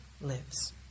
lives